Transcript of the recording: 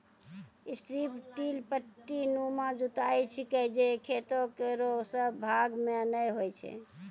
strip till पट्टीनुमा जुताई छिकै जे खेतो केरो सब भाग म नै होय छै